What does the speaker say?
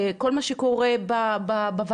כל מה שקורה בוועדות,